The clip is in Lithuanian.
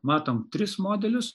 matom tris modelius